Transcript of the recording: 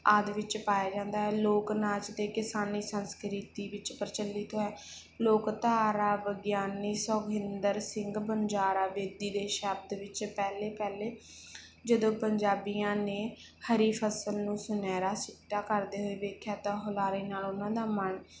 ਆਦਿ ਵਿੱਚ ਪਾਇਆ ਜਾਂਦਾ ਹੈ ਲੋਕ ਨਾਚ ਦੇ ਕਿਸਾਨੀ ਸੰਸਕ੍ਰਿਤੀ ਵਿੱਚ ਪ੍ਰਚੱਲਿਤ ਹੈ ਲੋਕ ਧਾਰਾ ਵਿਗਿਆਨੀ ਸੁਭਹਿੰਦਰ ਸਿੰਘ ਵਣਜਾਰਾ ਬੇਦੀ ਦੇ ਸ਼ਬਦ ਵਿੱਚ ਪਹਿਲੇ ਪਹਿਲੇ ਜਦੋਂ ਪੰਜਾਬੀਆਂ ਨੇ ਹਰੀ ਫਸਲ ਨੂੰ ਸੁਨਿਹਰਾ ਸਿੱਟਾ ਕਰਦੇ ਹੋਏ ਵੇਖਿਆ ਤਾਂ ਹੁਲਾਰੇ ਨਾਲ ਉਹਨਾਂ ਦਾ ਮਨ